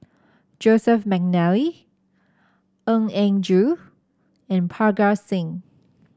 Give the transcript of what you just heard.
Joseph McNally Eng Yin Joo and Parga Singh